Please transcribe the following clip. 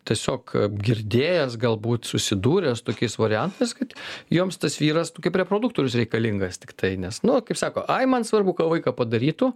tiesiog girdėjęs galbūt susidūręs su tokiais variantas kad joms tas vyras kaip reproduktorius reikalingas tiktai nes nu kaip sako ai man svarbu kad vaiką padarytų